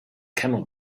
camel